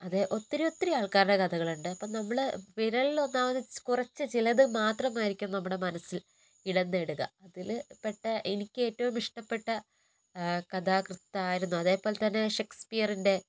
അതെ ഒത്തിരിയൊത്തിരി ആൾക്കാരുടെ കഥകളുണ്ട് അപ്പം നമ്മൾ വിരലിൽ കുറച്ച് ചിലത് മാത്രമായിരിക്കും നമ്മുടെ മനസ്സിൽ ഇടം നേടുക അതിൽ പെട്ട എനിക്ക് ഏറ്റവും ഇഷ്ടപ്പെട്ട കഥാകൃത്തായിരുന്നു അതേപോലെതന്നെ ഷെയ്ക്സ്പിയറിൻ്റെ